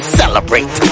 celebrate